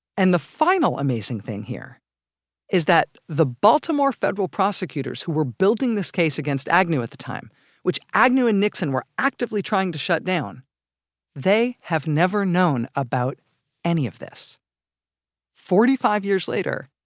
and the final amazing thing here is that the baltimore federal prosecutors who were building this case against agnew at the time which agnew and nixon were actively trying to shut-down they have never known about any of this forty five years later,